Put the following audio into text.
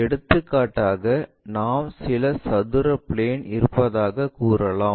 எடுத்துக்காட்டாக நாம் சில சதுர பிளாக் இருப்பதாக கூறலாம்